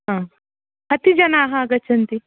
कति जनाः आगच्छन्ति